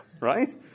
right